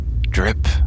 drip